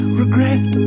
regret